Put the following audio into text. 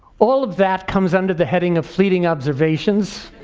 all of that comes under the heading of fleeting observations.